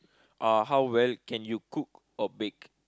uh how well can you cook or bake